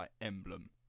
emblem